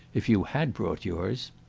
if you had brought yours.